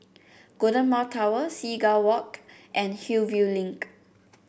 Golden Mile Tower Seagull Walk and Hillview Link